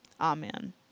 Amen